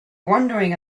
wondering